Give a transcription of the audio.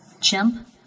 Chimp